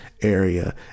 area